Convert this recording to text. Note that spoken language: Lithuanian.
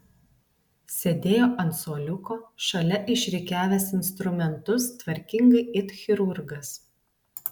sėdėjo ant suoliuko šalia išrikiavęs instrumentus tvarkingai it chirurgas